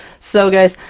so guys,